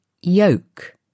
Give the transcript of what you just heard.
yoke